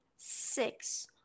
six